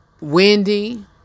Wendy